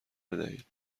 بدهید